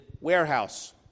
warehouse